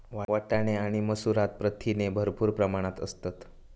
वाटाणे आणि मसूरात प्रथिने भरपूर प्रमाणात असतत